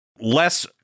less